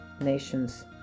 nations